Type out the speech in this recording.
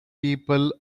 people